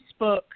Facebook